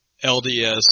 LDS